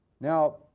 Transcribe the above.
Now